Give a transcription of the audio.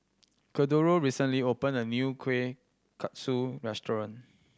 Cordero recently opened a new Kueh Kaswi restaurant